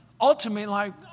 ultimately